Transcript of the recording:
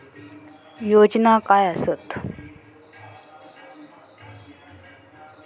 योजना काय आसत?